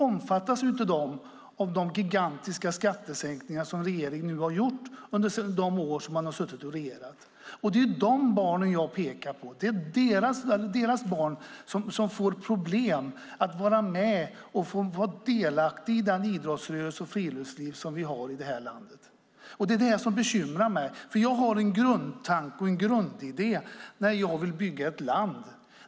De omfattas inte av de gigantiska skattesänkningar som regeringen nu har gjort under de år som man har suttit och regerat. Det är de barnen som jag pekar på. Det är deras barn som får problem att vara med och vara delaktiga i den idrottsrörelse och det friluftsliv som vi har här i landet. Det är det som bekymrar mig. Jag har en grundtanke och en grundidé när jag vill bygga ett land.